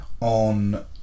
on